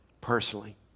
personally